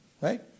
Right